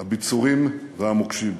הביצורים והמוקשים.